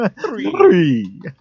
Three